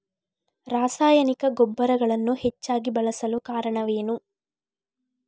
ರಾಸಾಯನಿಕ ಗೊಬ್ಬರಗಳನ್ನು ಹೆಚ್ಚಾಗಿ ಬಳಸಲು ಕಾರಣವೇನು?